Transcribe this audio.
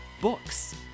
books